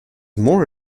more